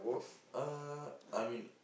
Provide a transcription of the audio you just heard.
uh I mean